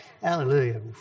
Hallelujah